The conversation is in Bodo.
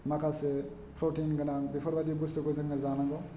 माखासे प्रटिन गोनां बेफोर बायदि बुस्थुखौ जोङो जानांगौ